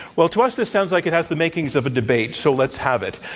well, to us, this sounds like it has the makings of a debate, so let's have it.